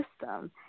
system